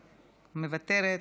מוותרת,